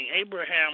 Abraham